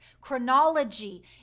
chronology